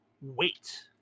Wait